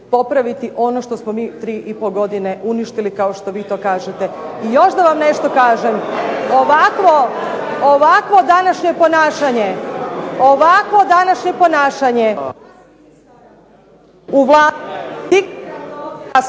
popraviti ono što smo mi 3,5 godine uništili kao što vi to kažete. I još da vam nešto kažem, ovakvo današnje ponašanje vas ministara u Vladi